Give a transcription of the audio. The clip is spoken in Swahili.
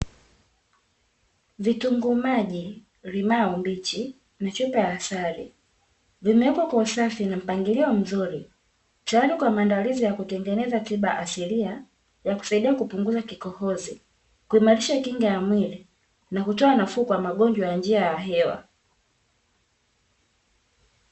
Vitunguu maji, limao mbichi na chupa ya asali; vimewekwa kwa usafi na mpangilio mzuri, tayari kwa maandalizi ya kutengeneza tiba asilia ya kusaidia kupunguza kikohozi, kuimarisha kinga ya mwili, na kutoa nafuu kwa magonjwa ya njia ya hewa.